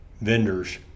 vendors